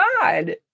god